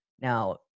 Now